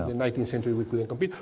nineteenth century we couldn't compete,